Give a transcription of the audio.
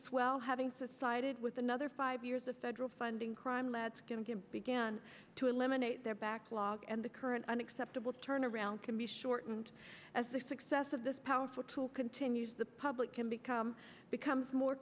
swell having such sided with another five years of federal funding crime labs going again began to eliminate their backlog and the current unacceptable turnaround can be shortened as the success of this powerful tool continues the public can become becomes more